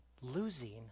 losing